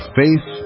faith